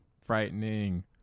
frightening